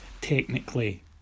technically